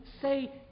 say